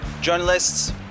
journalists